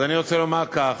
אז אני רוצה לומר כך: